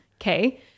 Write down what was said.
Okay